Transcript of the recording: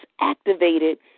activated